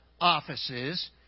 offices